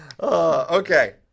Okay